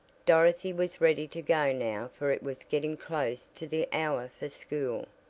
dorothy was ready to go now for it was getting close to the hour for school.